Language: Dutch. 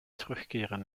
terugkeren